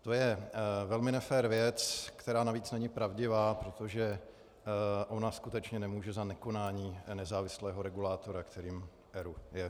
To je velmi nefér věc, která navíc není pravdivá, protože ona skutečně nemůže za nekonání nezávislého regulátora, kterým ERÚ je.